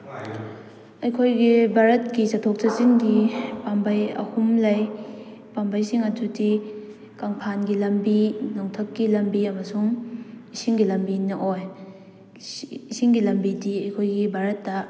ꯑꯩꯈꯣꯏꯒꯤ ꯚꯥꯔꯠꯀꯤ ꯆꯠꯊꯣꯛ ꯆꯠꯁꯤꯟꯒꯤ ꯄꯥꯝꯕꯩ ꯑꯍꯨꯝ ꯂꯩ ꯄꯥꯝꯕꯩꯁꯤꯡ ꯑꯗꯨꯗꯤ ꯀꯪꯐꯥꯟꯒꯤ ꯂꯝꯕꯤ ꯅꯣꯡꯊꯛꯀꯤ ꯂꯝꯕꯤ ꯑꯃꯁꯨꯡ ꯏꯁꯤꯡꯒꯤ ꯂꯝꯕꯤꯅ ꯑꯣꯏ ꯏꯁꯤꯡꯒꯤ ꯂꯝꯕꯤꯗꯤ ꯑꯩꯈꯣꯏꯒꯤ ꯚꯥꯔꯠꯇ